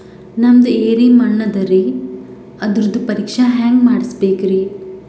ನಮ್ದು ಎರಿ ಮಣ್ಣದರಿ, ಅದರದು ಪರೀಕ್ಷಾ ಹ್ಯಾಂಗ್ ಮಾಡಿಸ್ಬೇಕ್ರಿ?